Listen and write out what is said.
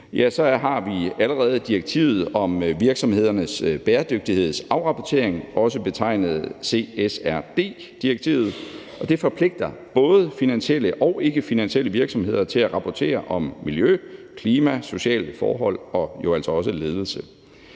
endelig har vi allerede direktivet om virksomhedernes bæredygtighedsafrapportering, også betegnet CSRD-direktivet, og det forpligter både finansielle og ikkefinansielle virksomheder til at rapportere om miljø, klima, sociale forhold og jo altså også ledelse.